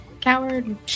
Coward